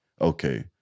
okay